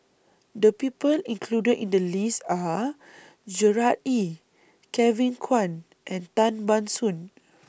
The People included in The list Are Gerard Ee Kevin Kwan and Tan Ban Soon